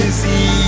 see